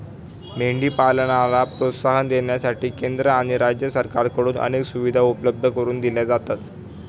मेंढी पालनाला प्रोत्साहन देण्यासाठी केंद्र आणि राज्य सरकारकडून अनेक सुविधा उपलब्ध करून दिल्या जातात